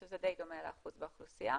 שזה די דומה לאחוז באוכלוסייה,